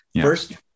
first